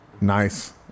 Nice